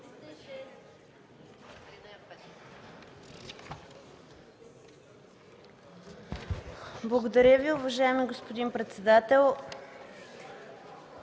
Благодаря, уважаеми господин председател.